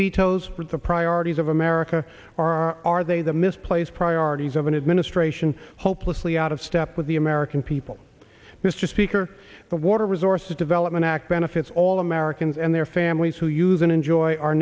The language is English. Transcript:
the priorities of america or are they the misplaced priorities of an administration hopelessly out of step with the american people mr speaker the water resources development act benefits all americans and their families who use and enjoy our